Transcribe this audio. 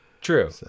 True